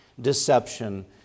deception